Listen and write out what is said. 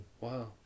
Wow